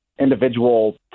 individual